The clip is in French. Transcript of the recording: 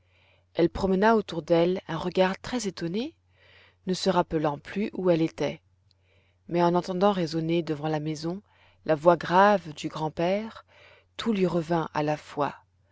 elle promena autour d'elle un regard très étonné ne se rappelant plus où elle était mais en entendant résonner devant la maison la voix grave du grand-père tout lui revint à la fois